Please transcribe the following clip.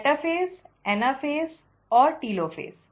metaphase anaphase और telophase